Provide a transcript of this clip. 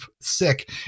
sick